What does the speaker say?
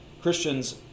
Christians